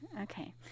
Okay